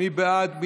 מי בעד?